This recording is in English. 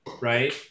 Right